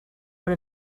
what